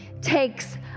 takes